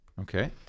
Okay